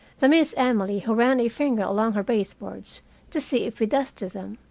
the miss emily who ran a finger along her baseboards to see if we dusted them.